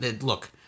look